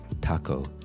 Taco